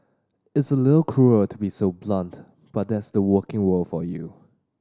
it's a little cruel to be so blunt but that's the working world for you